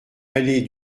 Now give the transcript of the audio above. allée